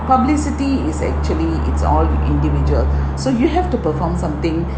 publicity is actually is all individual so you have to perform something